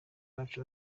bacu